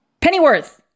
pennyworth